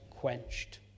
quenched